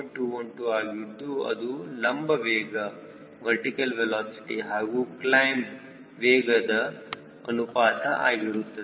212 ಆಗಿದ್ದು ಅದು ಲಂಬ ವೇಗ ಹಾಗೂ ಕ್ಲೈಮ್ ವೇಗದ ಅನುಪಾತ ಆಗಿರುತ್ತದೆ